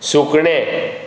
सुकणें